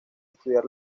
estudiar